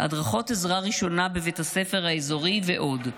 הדרכות עזרה ראשונה בבית הספר האזורי ועוד.